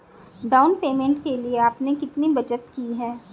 Down payment के लिए आपने कितनी बचत की है?